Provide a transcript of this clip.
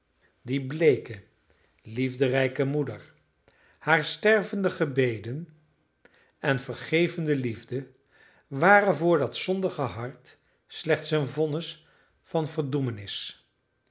die bleeke liefderijke moeder hare stervende gebeden en vergevende liefde waren voor dat zondige hart slechts een vonnis van verdoemenis